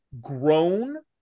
grown